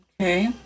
Okay